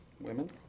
women